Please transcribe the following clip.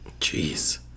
Jeez